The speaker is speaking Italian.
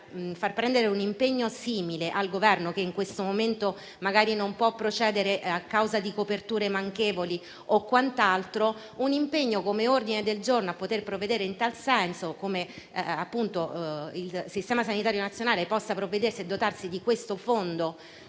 far prendere al Governo, che in questo momento magari non può procedere a causa di coperture manchevoli o quant'altro, un impegno come ordine del giorno a poter provvedere in tal senso. Il fatto che il Servizio sanitario nazionale possa provvedere e dotarsi di questo fondo